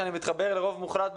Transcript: ואני מתחבר לרוב מוחלט,